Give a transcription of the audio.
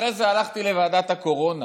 אחרי זה הלכתי לוועדת הקורונה,